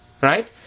Right